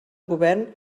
govern